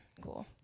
cool